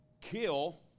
kill